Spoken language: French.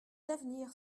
d’avenir